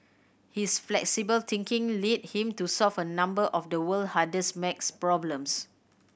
his flexible thinking led him to solve a number of the world hardest maths problems